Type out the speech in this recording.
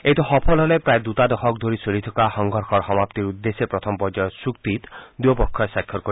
এইটো সফল হলে প্ৰায় দুটা দশক ধৰি চলি থকা সংঘৰ্ষৰ সমাপ্তিৰ উদ্দেশ্যে প্ৰথম পৰ্যায়ৰ চুক্তিত দুয়োপক্ষই স্বাক্ষৰ কৰিব